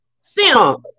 simp